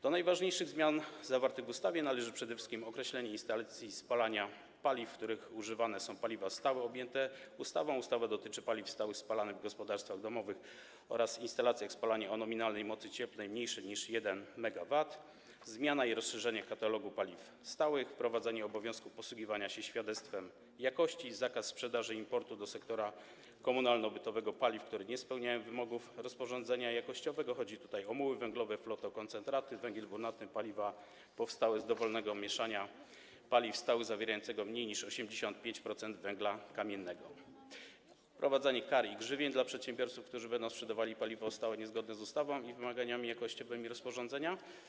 Do najważniejszych zmian zawartych w ustawie należą przede wszystkim: określenie instalacji spalania paliw, w których używane są paliwa stałe objęte ustawą - ustawa dotyczy paliw stałych spalanych w gospodarstwach domowych oraz instalacjach spalania o nominalnej mocy cieplnej mniejszej niż 1 MW; zmiana i rozszerzenie katalogu paliw stałych; wprowadzenie obowiązku posługiwania się świadectwem jakości i zakaz importu, sprzedaży do sektora komunalno-bytowego paliw, które nie spełniają wymogów rozporządzenia jakościowego - chodzi tutaj o muły węglowe, flotokoncentraty, węgiel brunatny, paliwo powstałe z dowolnego mieszania paliw stałych, zawierające mniej niż 85% węgla kamiennego; wprowadzenie kar i grzywien dla przedsiębiorców, którzy będą sprzedawali paliwo stałe niezgodne z ustawą i wymaganiami jakościowymi rozporządzenia.